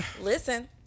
listen